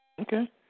Okay